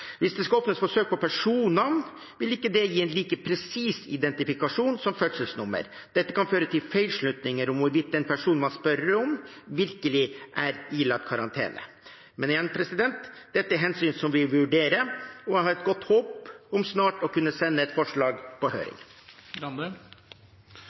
Hvis det skal åpnes for søk på personnavn, vil ikke det gi en like presis identifikasjon som fødselsnummer. Dette kan føre til feilslutninger om hvorvidt den personen man spør om, virkelig er ilagt karantene. Men igjen: Dette er hensyn som vi vurderer, og jeg har et godt håp om snart å kunne sende et forslag på